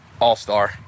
all-star